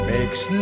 Makes